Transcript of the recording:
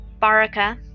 Baraka